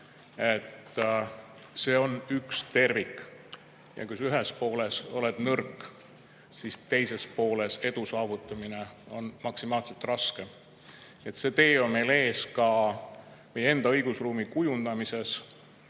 see on üks tervik ja kui sa ühes pooles oled nõrk, siis teises pooles edu saavutada on maksimaalselt raske. See tee on meil ees ka meie enda õigusruumi kujundamises